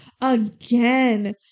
again